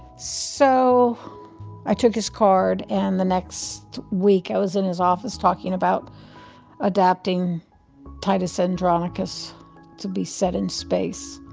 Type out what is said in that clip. so i took his card, and the next week, i was in his office talking about adapting titus andronicus to be set in space.